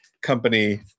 company